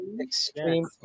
Extreme